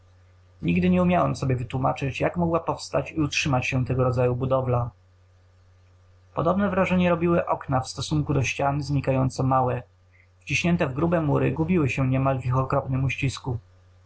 nigdy nie umiałem sobie wytłómaczyć jak mogła powstać i utrzymać się tego rodzaju budowa podobne wrażenie robiły okna w stosunku do ścian znikająco małe wciśnięte w grube mury gubiły się niemal w ich okropnym uścisku